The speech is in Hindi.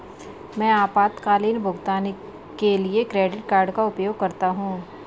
मैं आपातकालीन भुगतान के लिए क्रेडिट कार्ड का उपयोग करता हूं